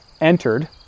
entered